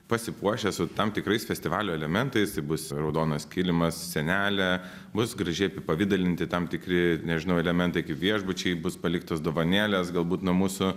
pasipuošę su tam tikrais festivalio elementais bus raudonas kilimas sienelė bus gražiai apipavidalinti tam tikri nežinau elementai kaip viešbučiai bus paliktos dovanėlės galbūt nuo mūsų